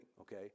okay